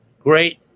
Great